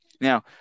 Now